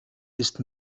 ist